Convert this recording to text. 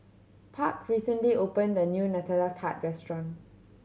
Park recently opened a new Nutella Tart restaurant